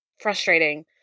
frustrating